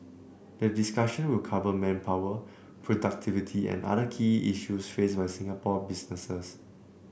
the discussion will cover manpower productivity and other key issues faced by Singapore businesses